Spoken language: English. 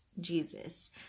Jesus